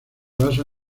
basa